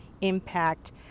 impact